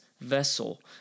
vessel